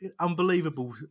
Unbelievable